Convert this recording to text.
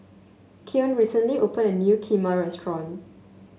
Keon recently opened a new Kheema restaurant